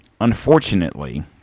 unfortunately